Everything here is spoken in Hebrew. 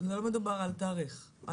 לא מדובר על תאריך.